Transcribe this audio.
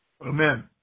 amen